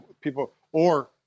people—or—